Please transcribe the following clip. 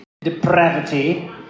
depravity